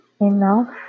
enough